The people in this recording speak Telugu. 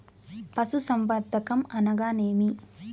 పశుసంవర్ధకం అనగానేమి?